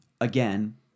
again